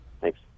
Thanks